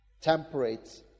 temperate